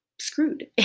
screwed